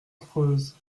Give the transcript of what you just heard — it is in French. affreuse